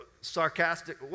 sarcastic